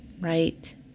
right